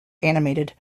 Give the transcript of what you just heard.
animated